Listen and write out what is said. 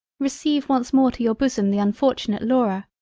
receive once more to your bosom the unfortunate laura.